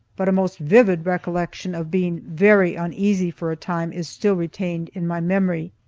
but a most vivid recollection of being very uneasy for a time is still retained in my memory.